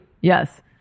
yes